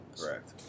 Correct